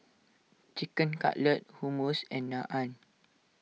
Chicken Cutlet Hummus and Naan